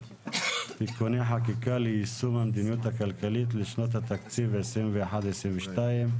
(תיקוני חקיקה ליישום המדיניות הכלכלית לשנות התקציב 2021 ו-2022),